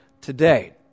today